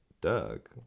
Doug